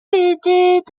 était